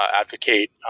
advocate